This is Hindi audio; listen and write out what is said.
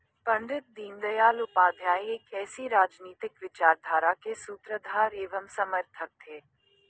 पण्डित दीनदयाल उपाध्याय एक ऐसी राजनीतिक विचारधारा के सूत्रधार एवं समर्थक थे